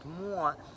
more